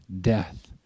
death